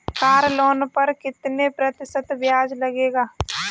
Car loan पर कितने प्रतिशत ब्याज लगेगा?